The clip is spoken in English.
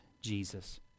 Jesus